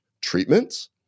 treatments